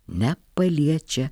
ne paliečia